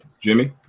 Jimmy